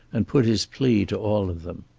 and put his plea to all of them.